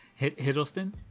Hiddleston